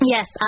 Yes